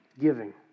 giving